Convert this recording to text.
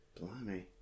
Blimey